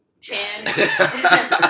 Chan